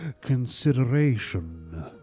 consideration